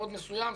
מאוד מסוים,